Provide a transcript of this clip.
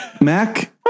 Mac